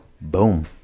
Boom